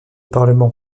parlement